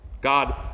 God